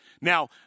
Now